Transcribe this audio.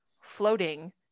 floating